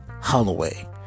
Holloway